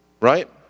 Right